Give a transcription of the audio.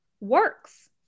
works